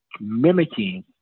mimicking